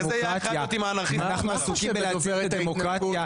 אנחנו עסוקים בלהציל את הדמוקרטיה.